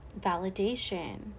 validation